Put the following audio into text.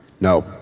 No